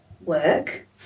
work